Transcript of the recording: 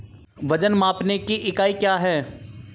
वजन मापने की इकाई क्या है?